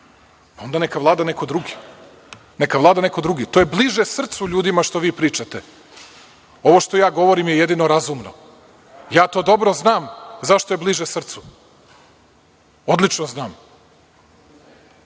onda neka vlada neko drugi. Neka vlada neko drugi. To je bliže srcu ljudima što vi pričate. Ovo što ja govorim je jedino razumno. Ja to dobro znam zašto je bliže srcu. Odlično znam.